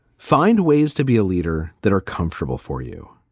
find ways to be a leader that are comfortable for you.